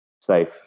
safe